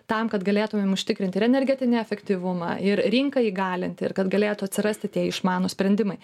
tam kad galėtumėm užtikrinti ir energetinį efektyvumą ir rinką įgalinti ir kad galėtų atsirasti tie išmanūs sprendimai